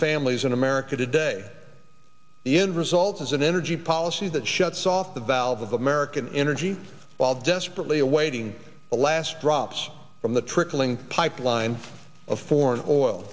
families in america today the end result is an energy policy that shuts off the valve of american energy while desperately awaiting the last drops from the trickling pipeline of foreign oil